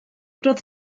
roedd